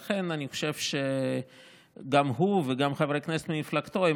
לכן אני חושב שגם הוא וגם חברי כנסת ממפלגתו הם